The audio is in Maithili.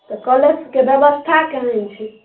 तऽ कॉलेज सभके व्यवस्था केहन छै